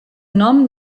nom